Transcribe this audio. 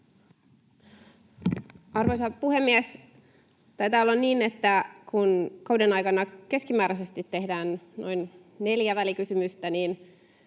Arvoisa puhemies! Taitaa olla niin, että kun kauden aikana keskimääräisesti tehdään noin neljä välikysymystä, niin